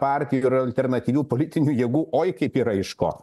partijų ir alternatyvių politinių jėgų oi kaip yra iš ko